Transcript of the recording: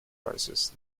crisis